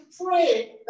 pray